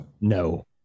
No